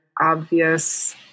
obvious